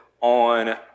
on